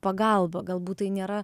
pagalba galbūt tai nėra